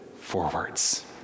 forwards